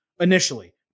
initially